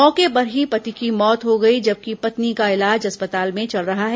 मौके पर ही पति की मौत हो गई जबकि पत्नी का इलाज अस्पताल में चल रहा है